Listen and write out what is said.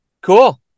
Cool